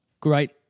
Great